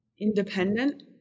independent